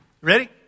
Ready